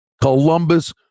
Columbus